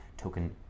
Token